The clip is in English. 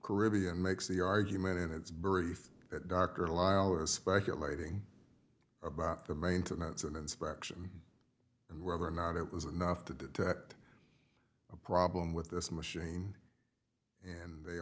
caribbean makes the argument in its brief that dr lyle is speculating about the maintenance and inspection and whether or not it was enough to detect a problem with this machine and they